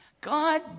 God